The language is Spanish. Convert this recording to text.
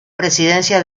presidencia